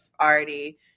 already